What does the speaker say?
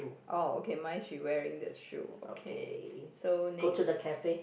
oh okay my she wearing the shoe okay so next